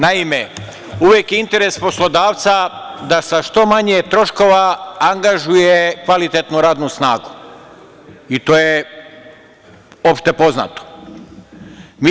Naime, uvek je interes poslodavca da sa što manje troškova angažuje kvalitetnu radnu snagu i to je opšte poznato.